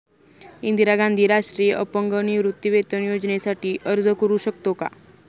इंदिरा गांधी राष्ट्रीय अपंग निवृत्तीवेतन योजनेसाठी अर्ज करू शकतो का?